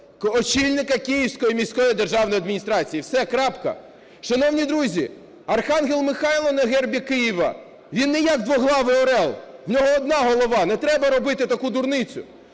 очільника Київської міської державної адміністрації. Все. Крапка. Шановні друзі, архангел Михайло на гербі Києва - він не як двохглавий орел, у нього одна голова. Не треба робити таку дурницю.